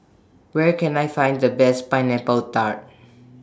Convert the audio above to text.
Where Can I Find The Best Pineapple Tart